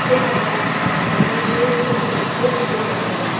គុណសម្បត្តិដ៏សំខាន់បំផុតមួយគឺ គុណភាពខ្ពស់ និងភាពរឹងមាំ។